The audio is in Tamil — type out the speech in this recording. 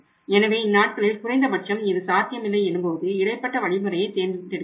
எனவே இந்நாட்களில் குறைந்தபட்சம் இது சாத்தியமில்லை என்னும்போது இடைப்பட்ட வழிமுறையை தேர்ந்தெடுக்கிறோம்